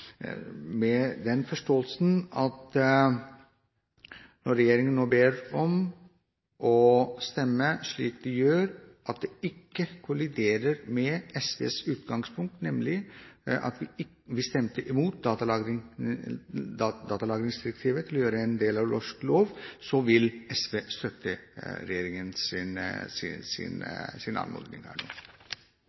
Med den forståelsen at når regjeringen nå ber oss om å stemme slik de gjør, og det ikke kolliderer med SVs utgangspunkt, nemlig at vi stemte mot å gjøre datalagringsdirektivet til en del av norsk lov, vil SV støtte regjeringens anmodning. Nå